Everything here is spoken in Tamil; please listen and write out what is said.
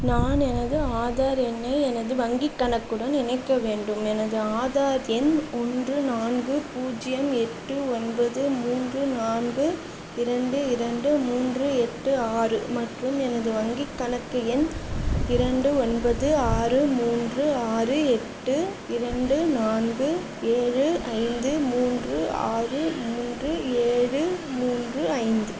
நான் எனது ஆதார் எண்ணை எனது வங்கிக் கணக்குடன் இணைக்க வேண்டும் எனது ஆதார் எண் ஒன்று நான்கு பூஜ்யம் எட்டு ஒன்பது மூன்று நான்கு இரண்டு இரண்டு மூன்று எட்டு ஆறு மற்றும் எனது வங்கிக் கணக்கு எண் இரண்டு ஒன்பது ஆறு மூன்று ஆறு எட்டு இரண்டு நான்கு ஏழு ஐந்து மூன்று ஆறு மூன்று ஏழு மூன்று ஐந்து